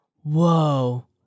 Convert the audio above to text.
Whoa